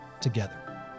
together